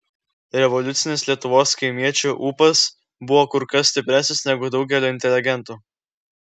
revoliucinis lietuvos kaimiečių ūpas buvo kur kas stipresnis negu daugelio inteligentų